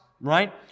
right